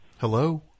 Hello